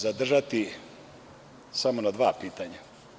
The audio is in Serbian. Zadržaću se samo na dva pitanja.